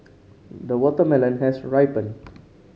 the watermelon has ripened